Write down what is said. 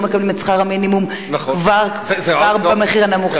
מקבלים את שכר המינימום כבר במחיר הנמוך,